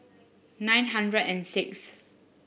nine hundred and sixth